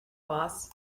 boss